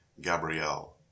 Gabrielle